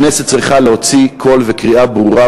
הכנסת צריכה להוציא קול וקריאה ברורה,